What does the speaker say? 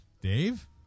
Dave